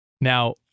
Now